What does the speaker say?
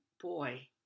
boy